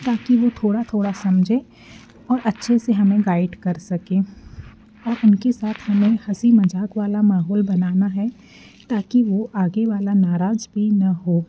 ताकि वो थोड़ा थोड़ा समझें और अच्छे से हमें गाइड कर सकें और उनके साथ हमें हँसी मज़ाक वाला माहौल बनाना है ताकि वो आगे वाला नाराज़ भी ना हो